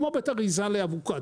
כמו בית אריזה לאבוקדו,